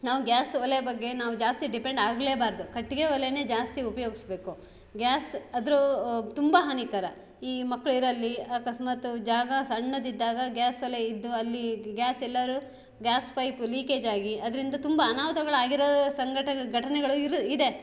ನಾವು ಗ್ಯಾಸ್ ಒಲೆಯ ಬಗ್ಗೆ ನಾವು ಜಾಸ್ತಿ ಡಿಪೆಂಡ್ ಆಗಲೆಬಾರ್ದು ಕಟ್ಟಿಗೆ ಒಲೆ ಜಾಸ್ತಿ ಉಪಯೋಗಿಸ್ಬೇಕು ಗ್ಯಾಸ್ ಅದು ತುಂಬ ಹಾನಿಕರ ಈ ಮಕ್ಳು ಇರೊಲ್ಲಿ ಅಕಸ್ಮಾತ್ ಜಾಗ ಸಣ್ಣದು ಇದ್ದಾಗ ಗ್ಯಾಸೊಲೆ ಇದ್ದು ಅಲ್ಲಿ ಗ್ಯಾಸ್ ಎಲ್ಲಾರು ಗ್ಯಾಸ್ ಪೈಪು ಲೀಕೇಜ್ ಆಗಿ ಅದರಿಂದ ತುಂಬ ಅನಾಹುತಗಳು ಆಗಿರೋ ಸಂಘಟ ಘಟನೆಗಳು ಇರ ಇದೆ